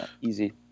Easy